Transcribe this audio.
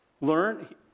Learn